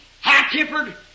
high-tempered